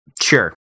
Sure